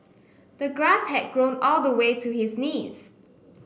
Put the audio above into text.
the grass had grown all the way to his knees